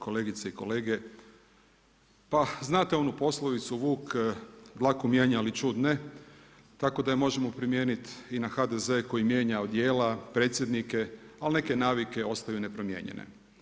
Kolegice i kolege, pa znate onu poslovicu „vuk dlaku mijenja ali ćud ne“ tako da je možemo primijeniti i na HDZ-e koji mijenja odijela, predsjednike, ali neke navike ostaju nepromijenjene.